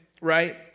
right